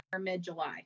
mid-July